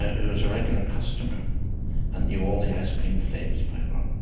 who was a regular customer and knew all the ice cream flavors by heart